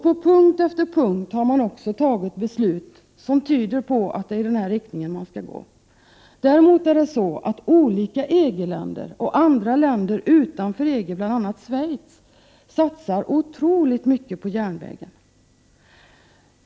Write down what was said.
På punkt efter punkt har man fattat beslut som tyder på att det är i den här riktningen man skall gå. Däremot satsar olika EG-länder och andra länder utanför EG, bl.a. Schweiz, oerhört mycket på järnvägen.